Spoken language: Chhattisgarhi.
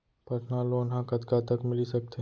पर्सनल लोन ह कतका तक मिलिस सकथे?